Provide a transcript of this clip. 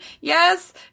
Yes